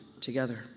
together